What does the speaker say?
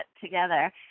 together